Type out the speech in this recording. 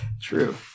True